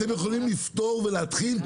אתם יכולים לפתור ולהתחיל,